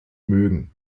mögen